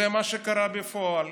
זה מה שקרה בפועל.